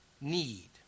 need